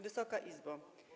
Wysoka Izbo!